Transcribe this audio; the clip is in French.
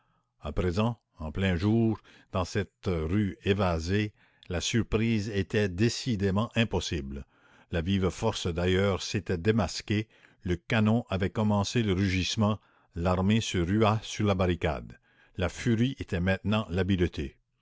à présent en plein jour dans cette rue évasée la surprise était décidément impossible la vive force d'ailleurs s'était démasquée le canon avait commencé le rugissement l'armée se rua sur la barricade la furie était maintenant l'habileté